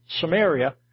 Samaria